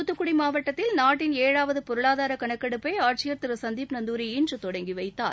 துத்துக்குடி மாவட்டத்தில் நாட்டின் ஏழாவது பொருளாதார கணக்கெடுப்பை ஆட்சியர் திரு சந்தீப் நந்துரி இன்று தொடங்கிவைத்தார்